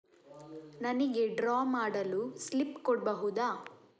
ನನಿಗೆ ಡ್ರಾ ಮಾಡಲು ಸ್ಲಿಪ್ ಕೊಡ್ಬಹುದಾ?